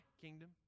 kingdom